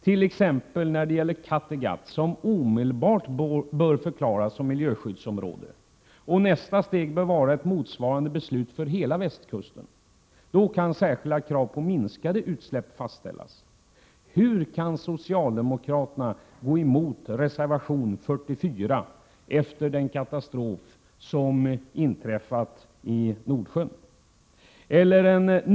Kattegatt t.ex. bör omedelbart förklaras som miljöskyddsområde. Nästa steg bör vara ett motsvarande beslut för hela västkusten. Då kan särskilda krav på minskade utsläpp ställas. Hur kan socialdemokraterna gå emot reservation 44 efter den katastrof som har inträffat i Nordsjön?